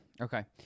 Okay